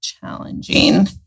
challenging